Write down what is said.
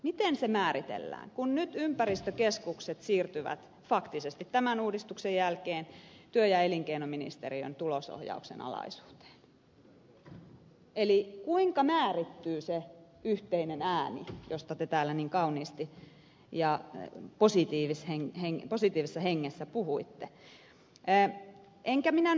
miten se määritellään kun nyt ympäristökeskukset siirtyvät faktisesti tämän uudistuksen jälkeen työ ja elinkeinoministeriön tulosohjauksen alaisuuteen eli kuinka määrittyy se yhteinen ääni josta te täällä niin kauniisti ja positiivisessa hengessä puhuitte